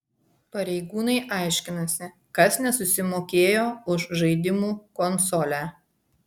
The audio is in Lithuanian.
pareigūnai aiškinasi kas nesusimokėjo už žaidimų konsolę